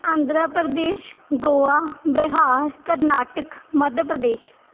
Andhra Pradesh Goa Bihar Karnataka Madhya Pradesh